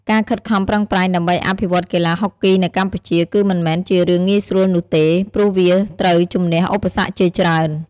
ការខិតខំប្រឹងប្រែងដើម្បីអភិវឌ្ឍកីឡាហុកគីនៅកម្ពុជា គឺមិនមែនជារឿងងាយស្រួលនោះទេ ព្រោះវាត្រូវជម្នះឧបសគ្គជាច្រើន។